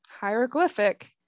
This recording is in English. hieroglyphic